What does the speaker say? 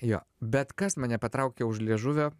jo bet kas mane patraukė už liežuvio